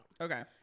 Okay